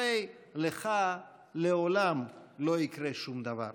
הרי לך לעולם לא יקרה שום דבר.